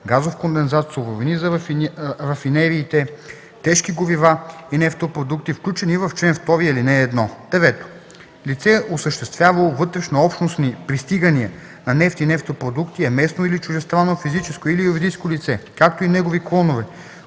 газов кондензат, суровини за рафинериите, тежки горива и нефтопродукти, включени в чл. 2, ал. 1. 9. „Лице, осъществявало вътрешнообщностни пристигания на нефт и нефтопродукти” е местно или чуждестранно физическо или юридическо лице, както и негови клонове,